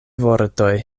vortoj